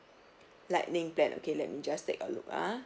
lightning plan okay let me just take a look ah